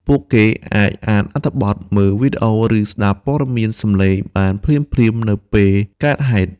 ពួកគេអាចអានអត្ថបទ មើលវីដេអូ ឬស្ដាប់ព័ត៌មានសំឡេងបានភ្លាមៗនៅពេលកើតហេតុការណ៍។